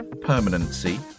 permanency